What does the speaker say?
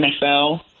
NFL